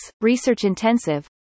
research-intensive